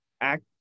act